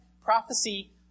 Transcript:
Prophecy